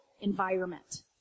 environment